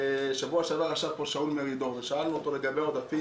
בשבוע שעבר ישב פה שאול מרידור ושאלנו אותו לגבי עודפים,